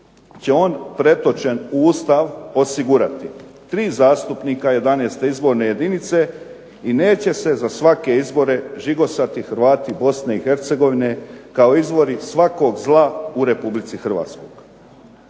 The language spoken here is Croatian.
će on pretočen u Ustav osigurati tri zastupnika 11. izborne jedinice i neće se za svake izbore žigosati Hrvati Bosne i Hercegovine kao izvori svakog zla u Republici Hrvatskoj.